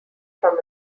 from